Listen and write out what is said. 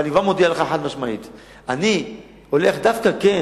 אבל אני כבר מודיע לך חד-משמעית שבעקבות השאלה הזאת אני דווקא כן